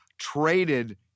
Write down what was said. traded